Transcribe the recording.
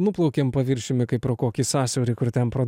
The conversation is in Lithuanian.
nuplaukėm paviršiumi kaip pro kokį sąsiaurį kur ten pro